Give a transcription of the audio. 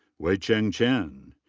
wei-cheng chen.